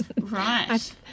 Right